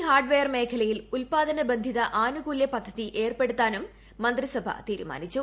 hardware മേഖലയിൽ ഉല്പാദന ബന്ധിത ആനുകൂലൃ പദ്ധതി ഏർപ്പെടുത്താനും മന്ത്രിസഭ തീരുമാനിച്ചു